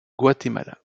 guatemala